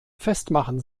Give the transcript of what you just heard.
festmachen